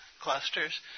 clusters